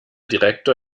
direktor